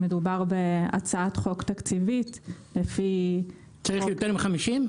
שמדובר בהצעת חוק תקציבית לפי חוק --- צריך יותר מ-50?